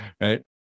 right